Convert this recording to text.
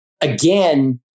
again